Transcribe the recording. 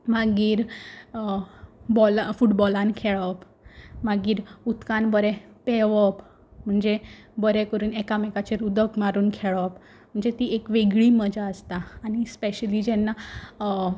मागीर बॉला फुटबॉलान खेळप मागीर उदकान बरें पेंवप म्हन्जे बरें करून एकामेकांचेर उदक मारून खेळप म्हणजे ती एक वेगळी मजा आसता आनी स्पॅशली जेन्ना